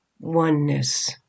oneness